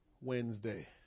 Wednesday